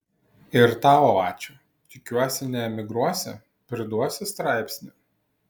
ir tau ačiū tikiuosi neemigruosi priduosi straipsnį